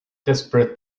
desperate